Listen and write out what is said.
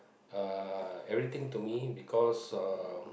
uh everything to me because uh